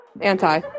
anti